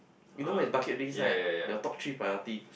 you know what is bucket list right your top three priorities